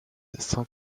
cent